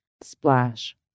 Splash